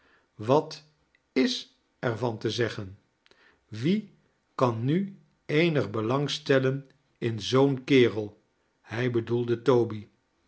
wat is er van te zeggen wie kan nu eenig belang stellen in zoo'n kerel hij bedoelde toby